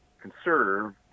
conserve